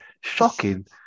shocking